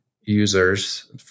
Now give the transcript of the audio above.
users